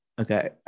Okay